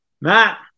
Matt